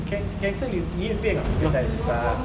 can cancel you you need to pay or not that time tak ah